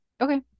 Okay